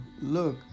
look